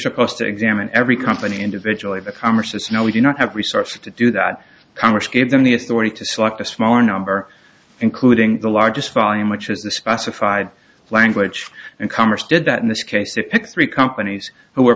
supposed to examine every company individually the commerce has no we do not have resources to do that congress gave them the authority to select a smaller number including the largest volume which was the specified language and congress did that in this case it picked three companies who